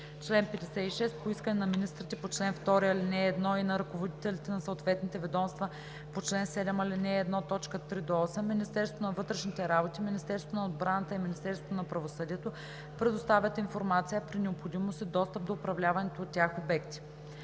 „Чл. 56. По искане на министрите по чл. 2, ал. 1 и на ръководителите на съответните ведомства по чл. 7, ал. 1, т. 3 – 8 Министерството на вътрешните работи, Министерството на отбраната и Министерството на правосъдието предоставят информация, а при необходимост – и достъп до управляваните от тях обекти.“